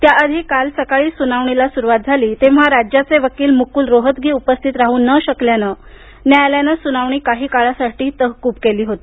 त्यायाधी काल सकाळी सुनावणीला सुरुवात झाली तेव्हा राज्याचे वकील मुकुल रोहतगी उपस्थित राहू न शकल्यानं न्यायालयानं सुनावणी काही काळासाठी तहकुब केली होती